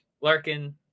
Larkin